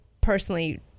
personally